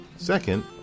Second